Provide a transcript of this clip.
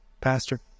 pastor